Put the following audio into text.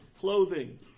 clothing